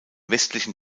westlichen